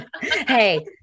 Hey